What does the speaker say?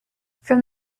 from